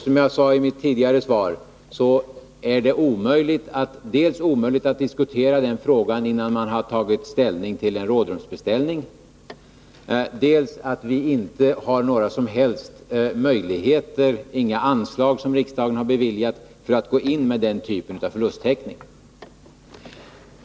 Som jag sade i mitt tidigare svar, är det omöjligt att diskutera den frågan innan man har tagit ställning till en rådrumsbeställning, och riksdagen har inte heller beviljat några anslag för den typen av åtgärder.